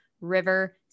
River